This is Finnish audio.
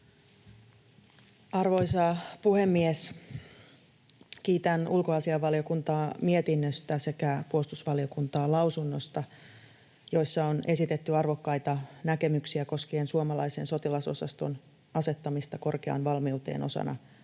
Arvoisa puhemies! Kiitän ulkoasiainvaliokuntaa mietinnöstä sekä puolustusvaliokuntaa lausunnosta, joissa on esitetty arvokkaita näkemyksiä koskien suomalaisen sotilasosaston asettamista korkeaan valmiuteen osana